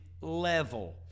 level